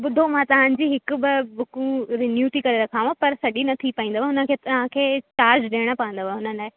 ॿुधो मां तव्हांजी हिक ॿ बुकूं रिन्यू थी करे रखांव पर सॼी न थी पाईंदव हुनखे तव्हांखे चार्ज ॾियणा पवंदव हुन लाइ